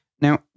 Now